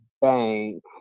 bank